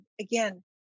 again